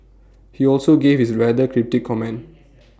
he also gave his rather cryptic comment